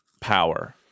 power